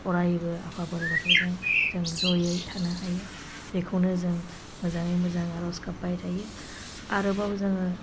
अरायबो आफा बोराइ बाथौजों जों ज'यै थानो हायो बेखौनो जों मोजाङै मोजां आर'ज गाबबाय थायो आरोबाव जोङो